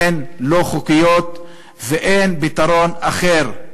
הן לא חוקיות, ואין פתרון אחר.